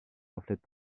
reflète